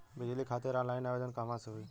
बिजली खातिर ऑनलाइन आवेदन कहवा से होयी?